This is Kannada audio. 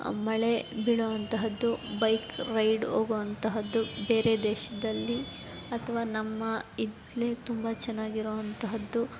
ಮಳೆ ಬೀಳೋ ಅಂತಹದ್ದು ಬೈಕ್ ರೈಡ್ ಹೋಗೋ ಅಂತಹದ್ದು ಬೇರೆ ದೇಶದಲ್ಲಿ ಅಥವಾ ನಮ್ಮ ಇದ್ಲೇ ತುಂಬ ಚೆನ್ನಾಗಿರೋ ಅಂತಹದ್ದು